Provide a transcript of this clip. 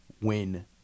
win